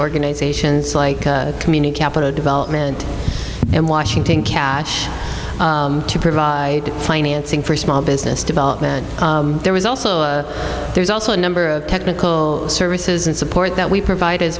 organizations like community capital development and washington cash to provide financing for small business development there is also there's also a number of technical services and support that we provide as